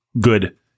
good